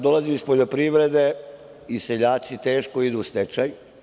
Ja dolazim iz poljoprivrede i seljaci teško idu u stečaj.